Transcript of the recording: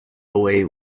away